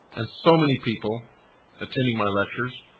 and so many people attending my lectures,